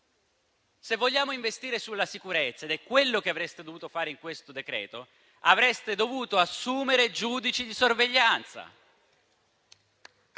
Se vogliamo investire sulla sicurezza - ed è quello che avreste dovuto fare in questo decreto - avreste dovuto assumere giudici di sorveglianza.